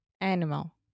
Animal